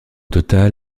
total